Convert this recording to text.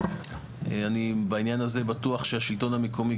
אני בעניין הזה בטוח שהשלטון המקומי,